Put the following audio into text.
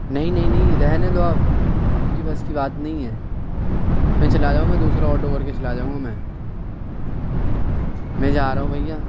نہیں نہیں نہیں رہنے دو آپ آپ کی بس کی بات نہیں ہے میں چلا جاؤں گا میں دوسرا آٹو کر کے چلا جاؤں گا میں میں جا رہا ہوں بھیّا